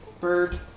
Bird